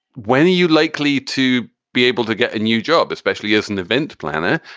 when are you likely to be able to get a new job, especially as an event planner?